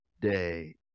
day